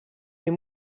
les